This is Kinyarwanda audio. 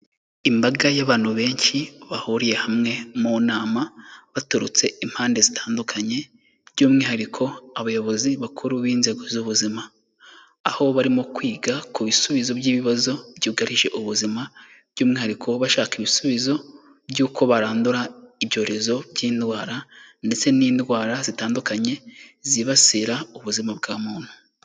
Imbaga y'abantu benshi bahuriye hamwe mu nama, baturutse impande zitandukanye, by'umwihariko abayobozi bakuru b'inzego z'ubuzima, aho barimo kwiga ku bisubizo by'ibibazo byugarije ubuzima, by'umwihariko bashaka ibisubizo, by'uko barandura ibyorezo by'indwara, ndetse n'indwara zitandukanye zibasira ubuzima bwa muntu.